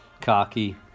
cocky